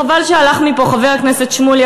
חבל שהלך מפה חבר הכנסת שמולי,